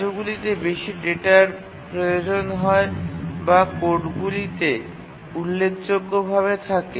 কার্যগুলিতে বেশি ডেটার প্রয়োজন হয় বা কোডটিতে উল্লেখযোগ্য ভাবে থাকে